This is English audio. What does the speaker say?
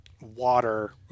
water